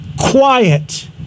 quiet